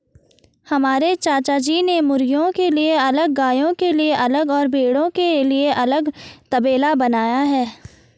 हमारे चाचाजी ने मुर्गियों के लिए अलग गायों के लिए अलग और भेड़ों के लिए अलग तबेला बनाया है